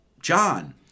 john